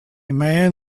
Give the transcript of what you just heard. man